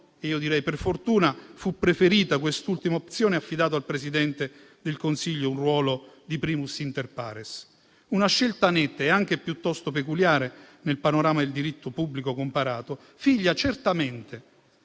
e, io direi, per fortuna, fu preferita quest'ultima opzione, affidando al Presidente del Consiglio un ruolo di *primus inter pares*: una scelta netta e anche piuttosto peculiare nel panorama del diritto pubblico comparato; figlia, certamente,